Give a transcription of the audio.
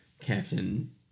Captain